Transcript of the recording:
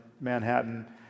Manhattan